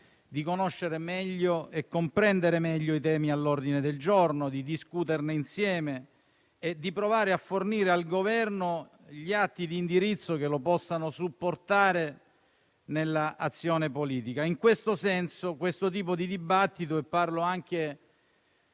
di conoscere e comprendere meglio i temi all'ordine del giorno, di discuterne insieme e di provare a fornire al Governo atti di indirizzo che lo possano supportare nell'azione politica. In questo senso, il presente dibattito - e parlo anche